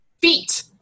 Feet